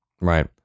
right